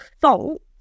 fault